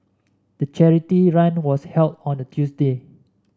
the charity run was held on a Tuesday